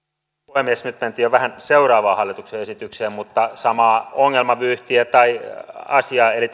puhemies nyt mentiin jo vähän seuraavaan hallituksen esitykseen mutta on samaa ongelmavyyhtiä tai asiaa eli